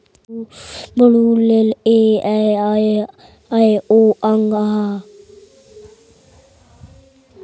व्यक्तिगत ऋण कैसे लिया जा सकता है?